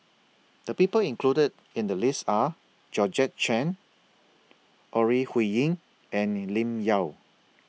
The People included in The list Are Georgette Chen Ore Huiying and Lim Yau